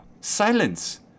silence